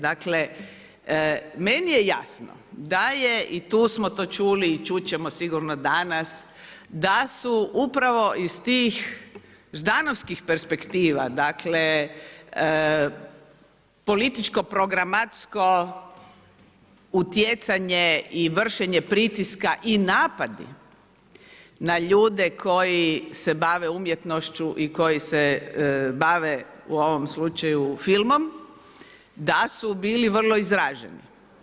Dakle, meni je jasno da je i tu smo to čuli i čuti ćemo sigurno danas da su upravo iz tih ždanovskih perspektiva, dakle, političko-programatsko utjecanje i vršenje pritiska i napadi na ljudi koji se bavi umjetnošću i koji se bave, u ovom slučaju filmom, da su bili vrlo izraženi.